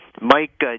Mike